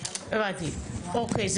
הבנתי, אוקיי.